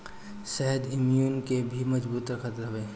शहद इम्यून के भी मजबूत रखत हवे